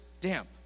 damp